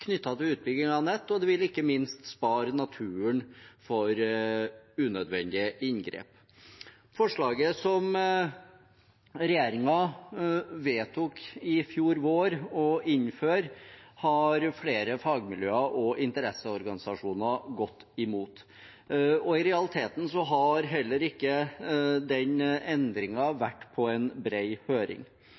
til utbyggingen av nett, og det vil ikke minst spare naturen for unødvendige inngrep. Forslaget som regjeringen i fjor vår vedtok å innføre, har flere fagmiljøer og interesseorganisasjoner gått imot, og i realiteten har heller ikke den endringen vært på en bred høring.